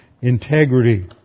integrity